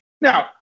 now